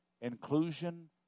inclusion